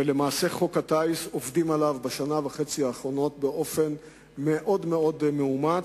ולמעשה בשנה וחצי האחרונה עובדים על חוק הטיס באופן מאוד מאומץ.